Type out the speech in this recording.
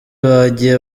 bagiye